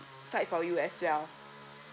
fight for you as well